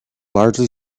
largely